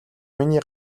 миний